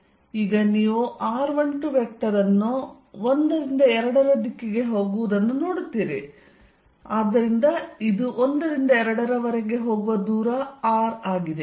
ಈಗ ನೀವು r12 vector ಅನ್ನು 1 ರಿಂದ 2 ರ ದಿಕ್ಕಿಗೆ ಹೋಗುವುದನ್ನು ನೋಡುತ್ತೀರಿ ಆದ್ದರಿಂದ ಇದು 1 ರಿಂದ 2 ರವರೆಗೆ ಹೋಗುವ ದೂರ r ಆಗಿದೆ